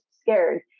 scared